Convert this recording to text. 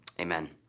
amen